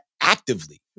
actively